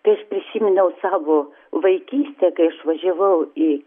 tai aš prisiminiau savo vaikystę kai aš važiavau į